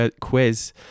quiz